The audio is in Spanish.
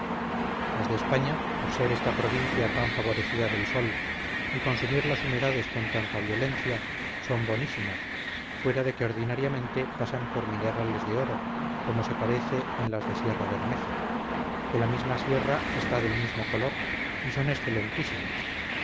de españa por ser esta provincia tan favorecida del sol y consumir las humedades con tanta violencia son bonísimas fuera de que ordinariamente pasan por minerales de oro como se parece en las d e sierra bermeja que la misma sierra está del mismo color y son excelentísimas